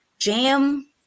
Jam